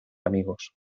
amigos